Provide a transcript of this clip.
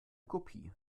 kopie